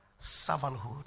Servanthood